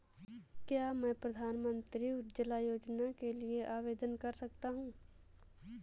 क्या मैं प्रधानमंत्री उज्ज्वला योजना के लिए आवेदन कर सकता हूँ?